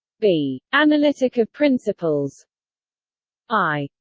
b. analytic of principles i.